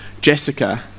Jessica